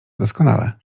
doskonale